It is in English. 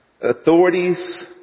authorities